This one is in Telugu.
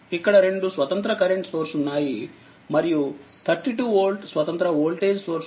ఇక్కడ రెండు స్వతంత్ర కరెంట్ సోర్స్ ఉన్నాయి మరియు32వోల్ట్స్వతంత్ర వోల్టేజ్ సోర్స్ ఉంది